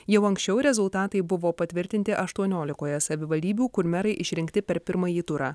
jau anksčiau rezultatai buvo patvirtinti aštuoniolikoje savivaldybių kur merai išrinkti per pirmąjį turą